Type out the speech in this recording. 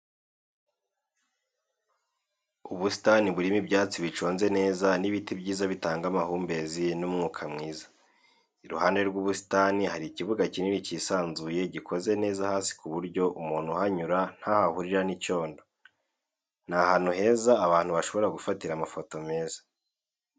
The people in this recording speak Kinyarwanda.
Ubusitani burimo ibyatsi biconze neza n'ibiti byiza bitanga amahumbezi n'umwuka mwiza, iruhande rw'ubusitani hari ikibuga kinini cyisanzuye gikoze neza hasi ku buryo umuntu uhanyura ntaho ahurira n'icyondo. Ni ahantu heza abantu bashobora gufatira amafoto meza.